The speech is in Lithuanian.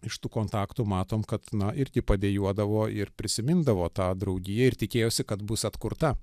iš tų kontaktų matom kad na irgi padejuodavo ir prisimindavo tą draugiją ir tikėjosi kad bus atkurta